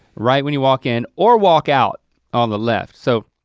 right when you walk in or walk out on the left. so,